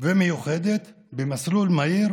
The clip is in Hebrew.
ומיוחדת במסלול מהיר,